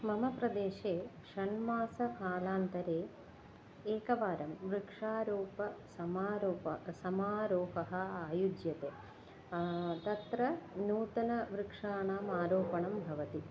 मम प्रदेशे षण्मासकालान्तरे एकवारं वृक्षारोपणः समारोहः समारोहः आयुज्यते तत्र नूतनवृक्षाणाम् आरोपणं भवति